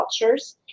cultures